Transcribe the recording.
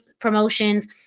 promotions